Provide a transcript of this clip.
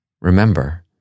Remember